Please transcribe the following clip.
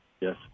Yes